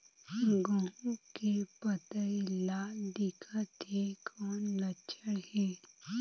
गहूं के पतई लाल दिखत हे कौन लक्षण हे?